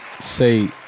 say